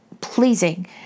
pleasing